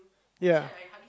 ya